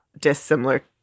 dissimilar